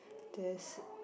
there's